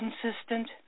consistent